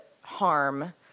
harm